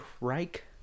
Reich